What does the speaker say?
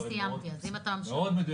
היא אמרה דברים מאוד מדויקים.